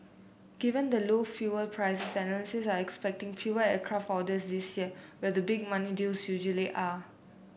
given the low fuel prices analysts are expecting fewer aircraft orders this year where the big money deals usually are